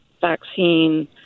vaccine